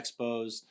Expos